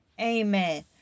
amen